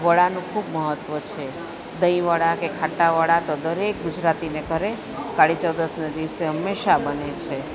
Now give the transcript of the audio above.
વડાનું ખૂબ મહત્ત્વ છે દહીંવડા કે ખાટાવડા તો દરેક ગુજરાતીને ઘરે કાળી ચૌદશને દિવસે હંમેશાં બને છે